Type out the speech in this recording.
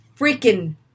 freaking